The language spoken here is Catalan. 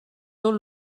tot